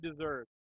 deserves